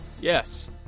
Yes